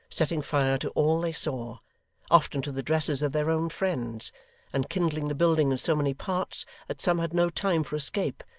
setting fire to all they saw often to the dresses of their own friends and kindling the building in so many parts that some had no time for escape,